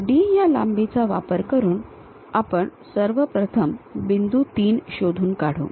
तर D या लांबीचा वापर करून आपण सर्व प्रथम बिंदू 3 शोधून काढू